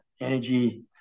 energy